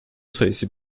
sayısı